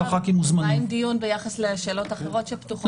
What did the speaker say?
מה עם דיון ביחס לשאלות אחרות שפתוחות?